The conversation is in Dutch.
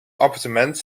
appartement